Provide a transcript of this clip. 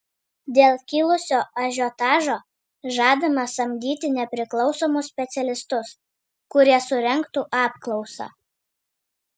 dėl kilusio ažiotažo žadama samdyti nepriklausomus specialistus kurie surengtų apklausą